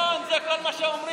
שוויון זה כל מה שאומרים.